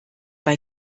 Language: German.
bei